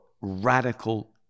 radical